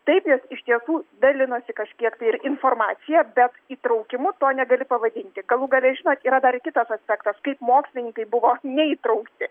taip jos iš tiesų dalinosi kažkiek tai ir informacija bet įtraukimu to negali pavadinti galų gale žinot yra dar ir kitas aspektas kaip mokslininkai buvo neįtraukti